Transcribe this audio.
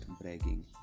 bragging